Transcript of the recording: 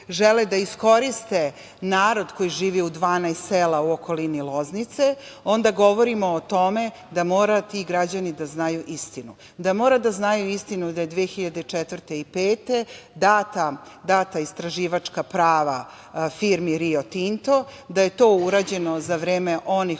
žele da iskoriste narod koji živi u 12 sela u okolini Loznice, onda govorimo o tome da moraju ti građani da znaju istinu, da mora da znaju istinu da su 2004. i 2005. godine data istraživačka prava firmi „Rio Tinto“, da je to urađeno za vreme onih